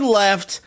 left